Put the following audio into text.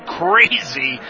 crazy